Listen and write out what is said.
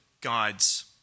guides